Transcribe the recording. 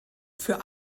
für